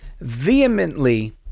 vehemently